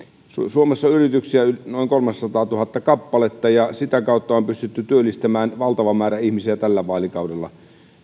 suomessa on yrityksiä noin kolmesataatuhatta kappaletta ja sitä kautta on pystytty työllistämään valtava määrä ihmisiä tällä vaalikaudella